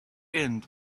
end